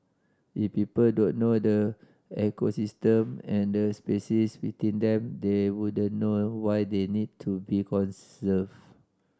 if people don't know the ecosystem and the species within them they wouldn't know why they need to be conserved